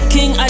King